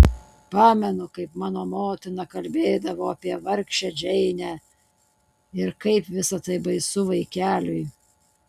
pamenu kaip mano motina kalbėdavo apie vargšę džeinę ir kaip visa tai baisu vaikeliui